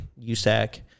USAC